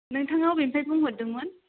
नोंथाङा अबेनिफ्राय बुंहरदोंमोन